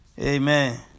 Amen